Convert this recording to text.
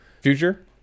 future